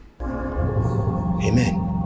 Amen